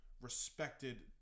respected